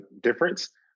difference